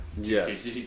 yes